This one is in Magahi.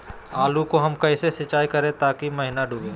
आलू को हम कैसे सिंचाई करे ताकी महिना डूबे?